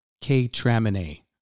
K-Tramine